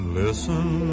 listen